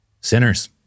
Sinners